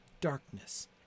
Darkness